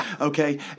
Okay